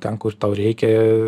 ten kur tau reikia